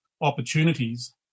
opportunities